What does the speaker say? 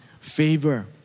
favor